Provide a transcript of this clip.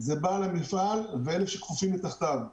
זה בעל המפעל ואלה שכפופים מתחתיו.